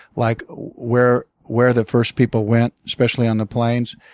like where where the first people went, especially on the plains,